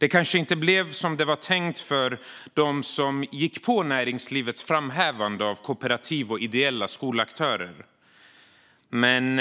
Det kanske inte blev som det var tänkt för dem som gick på näringslivets framhävande av kooperativ och ideella skolaktörer. Men